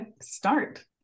start